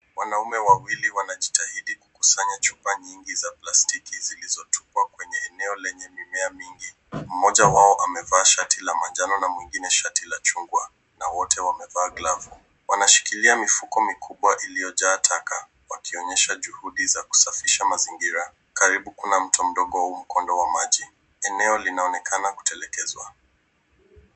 Wanaume wawili wanajitahidi kukusanya chupa nyingi za plastiki zilizotupwa kwenye eneo lenye mimea mingi. Mmoja wao amevaa shati la manjano na mwengine shati la chungwa na wote wamevaa glavu. Wanashikilia mifuko mikubwa ilyojaa taka wakionyesha juhudi za kusafisha mazingira. Karibu kuna mto mdogo au mkondo wa maji. Eneo linaonekana kutelekezwa.